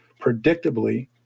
predictably